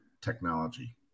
technology